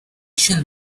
shall